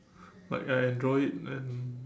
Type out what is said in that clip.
like I enjoy it and